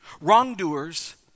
Wrongdoers